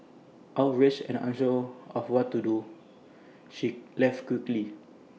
outraged and unsure of what to do she left quickly